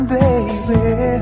baby